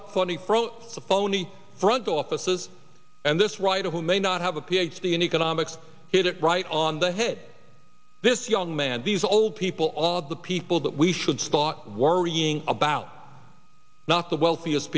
twenty for the phony front offices and this writer who may not have a ph d in economics hit it right on the head this young man these old people all of the people that we should start worrying about not the wealthiest